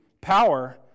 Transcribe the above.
power